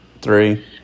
Three